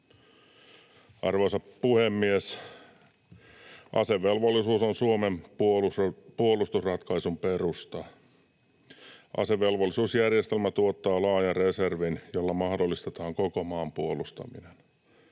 Arvoisa puhemies! Asevelvollisuus on Suomen puolustusratkaisun perusta. Asevelvollisuusjärjestelmä tuottaa laajan reservin, jolla mahdollistetaan koko maan puolustaminen.